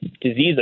diseases